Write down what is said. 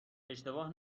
اشتباه